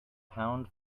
pound